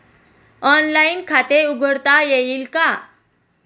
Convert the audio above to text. Online खाते उघडता येईल का?